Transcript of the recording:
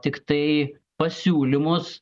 tiktai pasiūlymus